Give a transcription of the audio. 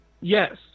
Yes